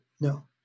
no